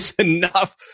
enough